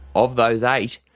of those eight,